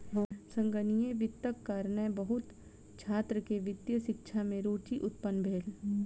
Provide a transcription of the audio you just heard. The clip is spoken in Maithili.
संगणकीय वित्तक कारणेँ बहुत छात्र के वित्तीय शिक्षा में रूचि उत्पन्न भेल